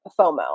FOMO